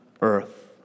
earth